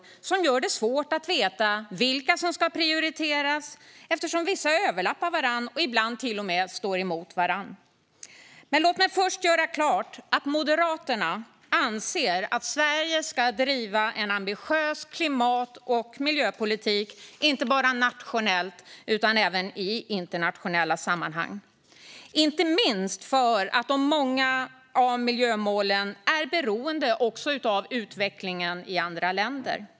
Detta gör det svårt att veta vilka som ska prioriteras, eftersom vissa överlappar varandra och ibland till och med står emot varandra. Låt mig först göra klart att Moderaterna anser att Sverige ska driva en ambitiös klimat och miljöpolitik. Detta gäller inte bara nationellt utan även i internationella sammanhang, inte minst för att många av miljömålen är beroende också av utvecklingen i andra länder.